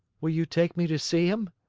will you take me to see him?